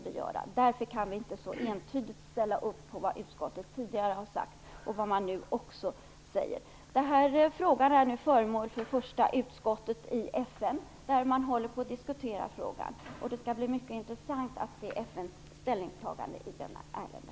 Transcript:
Vi kan därför inte så entydigt ställa oss bakom det som utskottet tidigare har sagt och vad det också nu uttalar. Denna fråga är nu föremål för diskussion i FN:s första utskott, och det skall bli mycket intressant att ta del av FN:s ställningstagande i detta ärende.